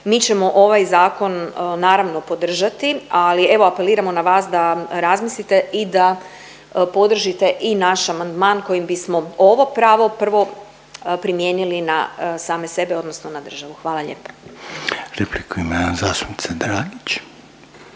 Mi ćemo ovaj zakon naravno podržati, ali evo apeliramo na vas da razmislite i da podržite i naš amandman kojim bismo ovo pravo prvo primijenili na same sebe odnosno na državu. Hvala lijepo. **Reiner,